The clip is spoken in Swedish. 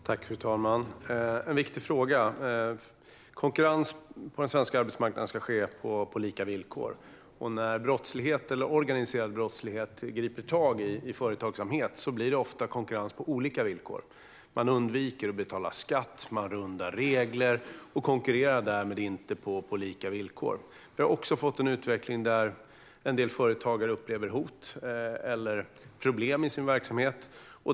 Fru talman! Det är en viktig fråga. Konkurrens på den svenska arbetsmarknaden ska ske på lika villkor. När organiserad brottslighet griper tag i företagsamhet blir det ofta konkurrens på olika villkor. Man undviker att betala skatt och rundar regler och konkurrerar därmed inte på lika villkor. Vi har också fått en utveckling där en del företagare upplever hot eller problem i sin verksamhet.